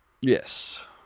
Yes